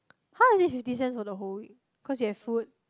how is it fifty cents for the whole week cause you have food